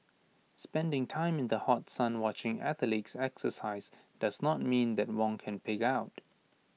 spending time in the hot sun watching athletes exercise does not mean that Wong can pig out